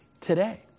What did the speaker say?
today